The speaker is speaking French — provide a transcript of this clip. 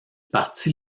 parti